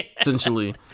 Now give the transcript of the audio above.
essentially